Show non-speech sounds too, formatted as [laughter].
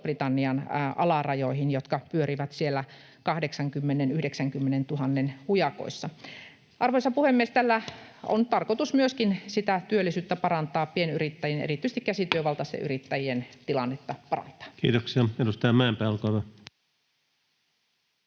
Ison-Britannian alarajoihin, jotka pyörivät siellä 80 000—90 000:n hujakoissa. Arvoisa puhemies! Tällä on tarkoitus parantaa myöskin sitä työllisyyttä, parantaa pienyrittäjien [noise] ja erityisesti käsityövaltaisten yrittäjien tilannetta. Kiitoksia. — Edustaja Mäenpää, olkaa hyvä.